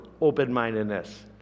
open-mindedness